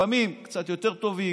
לפעמים קצת יותר טובים,